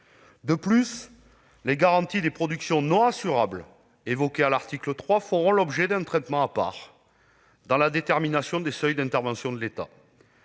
De plus, les garanties des productions non assurables, évoquées à l'article 3, feront l'objet d'un traitement à part dans la détermination des seuils d'intervention de l'État.